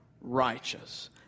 righteous